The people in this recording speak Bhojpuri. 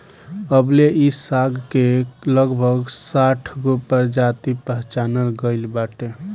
अबले इ साग के लगभग साठगो प्रजाति पहचानल गइल बाटे